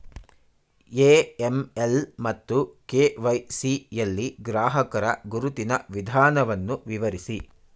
AML ಮತ್ತು KYC ಯಲ್ಲಿ ಗ್ರಾಹಕರ ಗುರುತಿನ ವಿಧಾನವನ್ನು ವಿವರಿಸಿ?